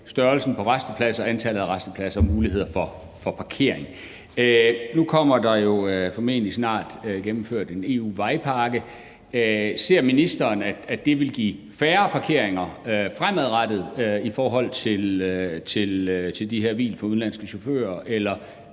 størrelsen på rastepladser og antallet af rastepladser og muligheder for parkering. Nu bliver der formentlig snart gennemført en EU-vejpakke, og ser ministeren, at det vil give færre parkeringer fremadrettet i forhold til de her hvil for udenlandske chauffører? Eller